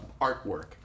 artwork